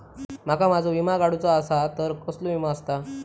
माका माझो विमा काडुचो असा तर कसलो विमा आस्ता?